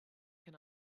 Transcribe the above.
can